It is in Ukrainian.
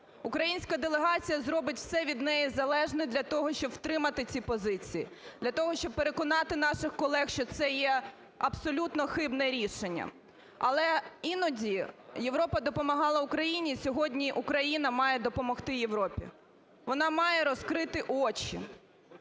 Українська делегація зробить все від неї залежне для того, щоб втримати ці позиції. Для того, щоб переконати наших колег, що це є абсолютно хибне рішення. Але іноді Європа допомагала Україні, сьогодні Україна має допомогти Європі. Вона має розкрити очі